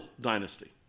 dynasty